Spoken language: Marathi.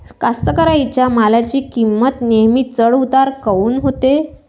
कास्तकाराइच्या मालाची किंमत नेहमी चढ उतार काऊन होते?